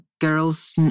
girls